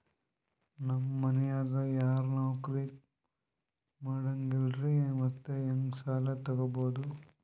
ನಮ್ ಮನ್ಯಾಗ ಯಾರೂ ನೌಕ್ರಿ ಮಾಡಂಗಿಲ್ಲ್ರಿ ಮತ್ತೆಹೆಂಗ ಸಾಲಾ ತೊಗೊಬೌದು?